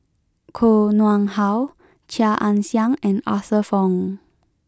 Koh Nguang How Chia Ann Siang and Arthur Fong